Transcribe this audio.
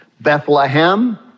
Bethlehem